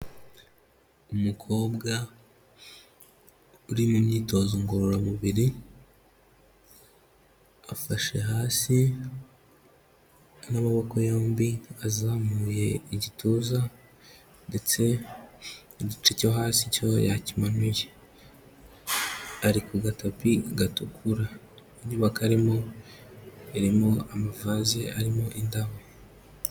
Umukobwa uri mu myitozo ngororamubiri, afashe hasi n'amaboko yombi, azamuye igituza ndetse igice cyo hasi cyo yakimanuye, ari ku gatapi gatukura, inyubako arimo irimo amavaze arimo indabo.